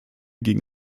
gegen